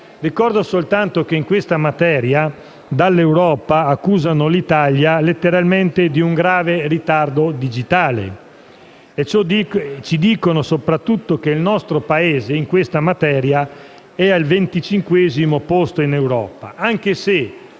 Ricordo soltanto che in questa materia l'Europa accusa l'Italia letteralmente di un grave ritardo digitale. Il nostro Paese in questa materia è al venticinquesimo posto in Europa, anche se